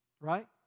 right